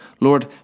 Lord